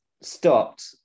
stopped